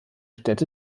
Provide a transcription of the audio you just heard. städte